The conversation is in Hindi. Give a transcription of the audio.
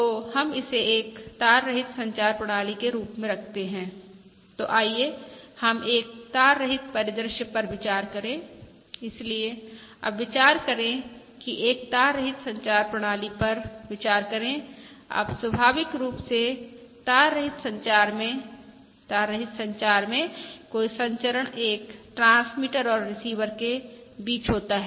तो हम इसे एक तार रहित संचार प्रणाली के रूप में रखते हैं तो आइए हम एक तार रहित परिदृश्य पर विचार करें इसलिए अब विचार करें कि एक तार रहित संचार प्रणाली पर विचार करें अब स्वाभाविक रूप से तार रहित संचार में तार रहित संचार में कोई संचरण एक ट्रांसमीटर और रिसीवर के बीच होता है